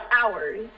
hours